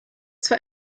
zwar